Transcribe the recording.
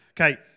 Okay